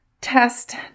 test